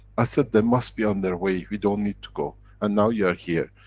i said, they must be on their way, we don't need to go and now you are here.